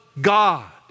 God